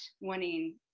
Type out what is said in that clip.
wanting